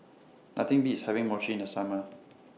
Nothing Beats having Mochi in The Summer